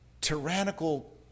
tyrannical